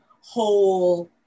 whole